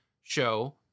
show